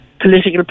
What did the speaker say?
political